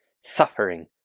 suffering